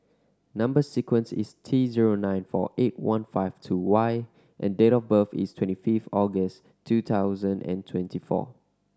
number sequence is T zero nine four eight one five two Y and date of birth is twenty fifth August two thousand and twenty four